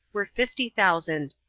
were fifty thousand.